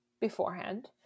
Beforehand